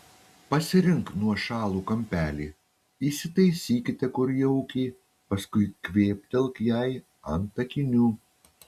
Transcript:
pasirink nuošalų kampelį įsitaisykite kur jaukiai paskui kvėptelk jai ant akinių